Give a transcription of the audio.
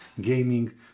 gaming